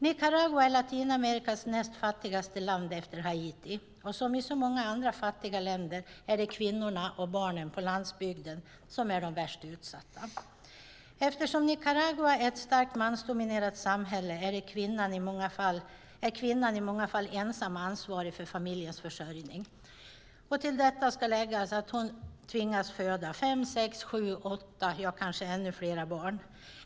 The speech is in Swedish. Nicaragua är Latinamerikas näst fattigaste land efter Haiti, och som i så många andra fattiga länder är det kvinnorna och barnen på landsbygden som är de värst utsatta. Eftersom Nicaragua är ett starkt mansdominerat samhälle är kvinnan i många fall ensam ansvarig för familjens försörjning. Till detta ska läggas att hon tvingas föda fem, sex, sju, åtta och kanske ännu fler barn.